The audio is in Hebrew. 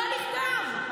לא נכתב.